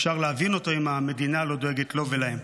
אפשר להבין אותו, אם המדינה לא דואגת לו ולהם.